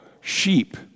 sheep